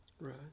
Right